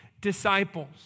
disciples